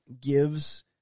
gives